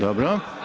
Dobro.